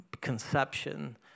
conception